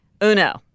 Uno